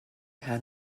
had